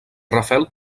rafel